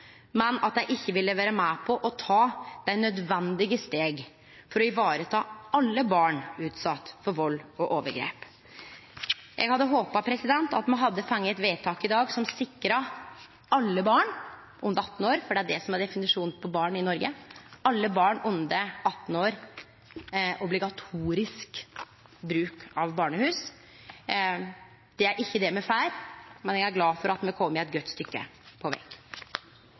men at dei ikkje ville vere med på å ta dei nødvendige stega for å vareta alle barn utsette for vald og overgrep. Eg hadde håpa at me hadde fått eit vedtak i dag som sikra alle barn under 18 år – for det er det som er definisjonen på barn i Noreg – obligatorisk bruk av barnehus. Det får me ikkje, men eg er glad for at me har kome eit godt stykke på veg.